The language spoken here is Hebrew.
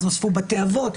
אז נוספו בתי אבות,